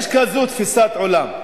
יש כזו תפיסת עולם.